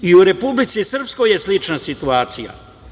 U Republici Srpskoj je slična situacija.